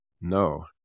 No